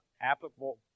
applicable